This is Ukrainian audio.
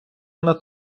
вона